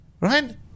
Right